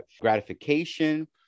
gratification